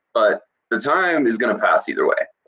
but the time is gonna pass either way.